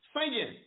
singing